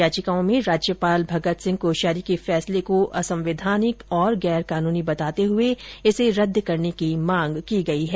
याचिकाओं में राज्यपाल भगत सिंह कोश्यिारी के फैसले को असंवैधानिक और गैर कानूनी बताते हुए इसे रद्द करने की मांग की गई है